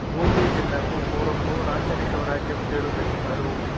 బూందీ జిల్లాకు పూర్వపు రాచరిక రాజ్యం పేరు పెట్టారు